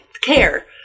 care